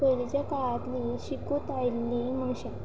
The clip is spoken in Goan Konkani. पयलींच्या काळांतली शिकूत आयिल्लीं मनशां